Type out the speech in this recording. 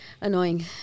Annoying